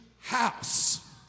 house